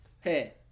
Hey